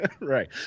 Right